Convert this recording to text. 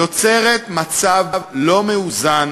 יוצרת מצב לא מאוזן